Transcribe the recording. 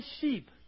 sheep